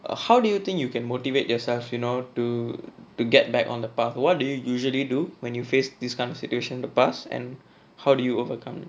uh how do you think you can motivate yourself you know to to get back on the path what do you usually do when you face this kind of situation the past and how did you overcome